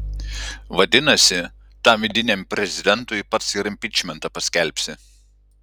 vadinasi tam vidiniam prezidentui pats ir impičmentą paskelbsi